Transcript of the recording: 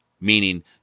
Meaning